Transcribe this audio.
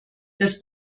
das